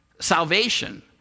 salvation